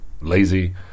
lazy